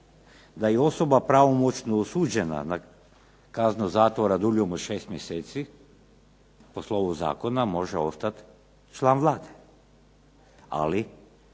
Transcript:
da je osoba pravomoćno osuđena na kaznu zatvora dulju od 6 mjeseci po slovu zakona može ostat član Vlade, ali